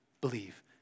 believe